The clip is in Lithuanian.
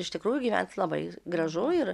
iš tikrųjų gyvent labai gražu ir